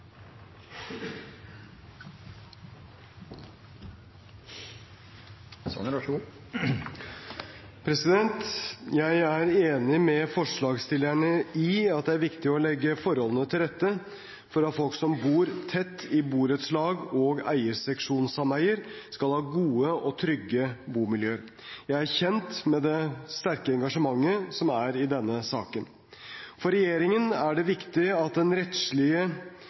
enig med forslagsstillerne i at det er viktig å legge forholdene til rette for at folk som bor tett i borettslag og eierseksjonssameier, skal ha gode og trygge bomiljøer. Jeg er kjent med det sterke engasjementet som er i denne saken. For regjeringen er det viktig at den rettslige